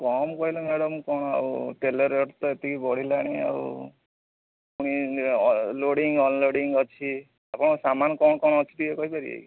କମ କହିଲେ ମ୍ୟାଡମ୍ କ'ଣ ଆଉ ତେଲ ରେଟ୍ ତ ଏତିକି ବଢ଼ିଲାଣି ଆଉ ପୁଣି ଲୋଡିଙ୍ଗ୍ ଅନଲୋଡିଙ୍ଗ୍ ଅଛି ଆପଣଙ୍କର ସାମାନ୍ କ'ଣ କ'ଣ ଅଛି ଟିକେ କହିପାରିବେ କି